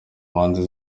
mpande